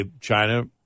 China